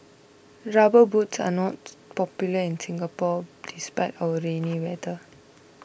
rubber boots are not popular in Singapore despite our rainy weather